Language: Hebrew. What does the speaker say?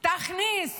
תכניס